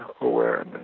awareness